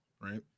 Right